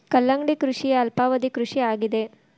ಕಲ್ಲಂಗಡಿ ಕೃಷಿಯ ಅಲ್ಪಾವಧಿ ಕೃಷಿ ಆಗಿದೆ